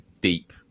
deep